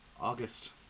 August